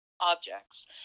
objects